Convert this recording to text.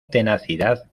tenacidad